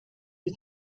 you